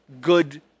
good